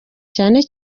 cyane